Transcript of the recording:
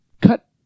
cut